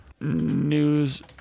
News